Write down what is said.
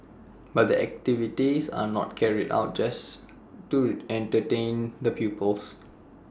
but the activities are not carried out just to entertain the pupils